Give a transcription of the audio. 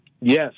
Yes